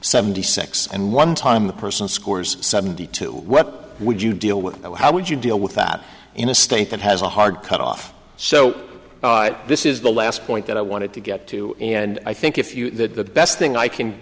seventy six and one time the person scores seventy two weapon would you deal with how would you deal with that in a state that has a hard cut off so this is the last point that i wanted to get to and i think if you the best thing i can